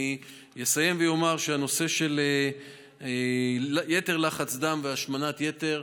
אני אסיים ואומר שהנושא של יתר לחץ דם והשמנת יתר,